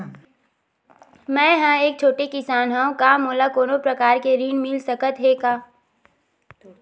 मै ह एक छोटे किसान हंव का मोला कोनो प्रकार के ऋण मिल सकत हे का?